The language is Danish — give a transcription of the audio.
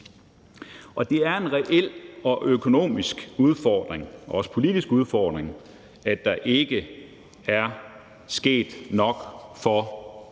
Det er en reel og økonomisk udfordring – og også en politisk udfordring – at der ikke er sket nok for den